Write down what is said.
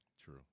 True